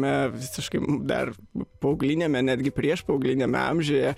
na visiškai dar paaugliniame netgi priešpaaugliniame amžiuje